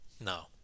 No